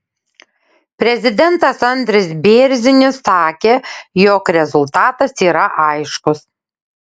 prezidentas andris bėrzinis sakė jog rezultatas yra aiškus